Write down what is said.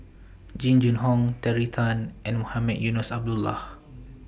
Jing Jun Hong Terry Tan and Mohamed Eunos Abdullah